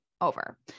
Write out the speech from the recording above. over